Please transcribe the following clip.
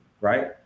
right